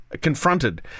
confronted